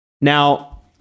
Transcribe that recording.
Now